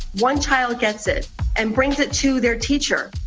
one child gets it and brings it to their teacher.